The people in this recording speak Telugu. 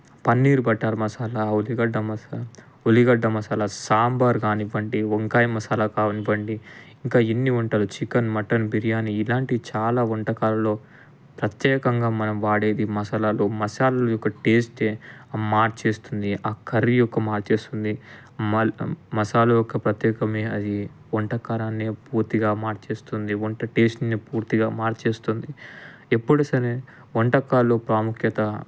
పన్నీర్ బటర్ మసాలా ఉల్లిగడ్డ మసాలా ఉల్లిగడ్డ మసాలా సాంబార్ కానివ్వండి వంకాయ మసాలా కానివ్వండి ఇంకా ఎన్ని వంటలు చికెన్ మటన్ బిర్యానీ ఇలాంటి చాలా వంటకాలలో ప్రత్యేకంగా మనం వాడేది మసాలాలు మసాలాలు యొక్క టేస్టే మార్చేస్తుంది ఆ కర్రీ యొక్క మార్చేస్తుంది మ మసాలాలో ఒకప్రత్యేకమే అది వంటకాలాన్ని పూర్తిగా మార్చేస్తుంది వంట టేస్ట్ని పూర్తిగా మార్చేస్తుంది ఎప్పుడు సరే వంటకాలు ప్రాముఖ్యత